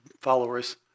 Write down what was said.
followers